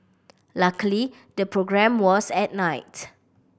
luckily the programme was at night